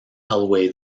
elway